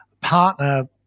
partner